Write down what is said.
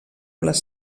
les